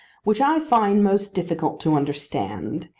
which i find most difficult to understand,